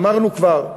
אמרנו כבר,